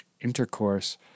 intercourse